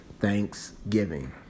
thanksgiving